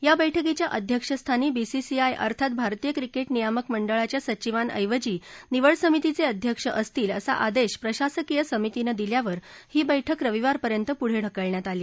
या बैठकीच्या अध्यक्षस्थानी बी सी सी आय अर्थात भारतीय क्रिकेट नियामक मंडळाच्या सचिवाऐवजी निवड समितीचे अध्यक्ष असतील असा आदेश प्रशासकीय समितीनं दिल्यावर ही बैठक रविवार पर्यंत पुढे ढकलण्यात आली